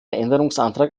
änderungsantrag